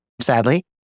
sadly